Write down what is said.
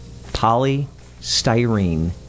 polystyrene